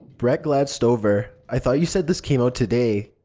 brett glanced over. i thought you said this came out today.